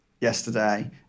yesterday